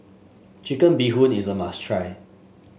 Chicken Bee Hoon is a must try